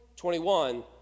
21